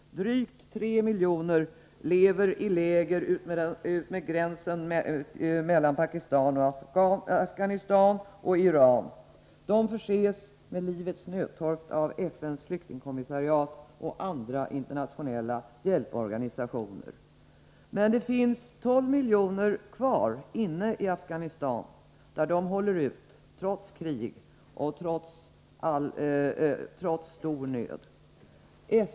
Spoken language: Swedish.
Drygt 3 miljoner lever i läger utmed gränserna mellan Pakistan och Afghanistan och Iran. De förses med livets nödtorft av FN:s flyktingkommissariat och andra internationella hjälporganisationer. Men det finns 12 miljoner kvar, som håller ut inne i Afghanistan trots krig och trots stor nöd.